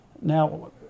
now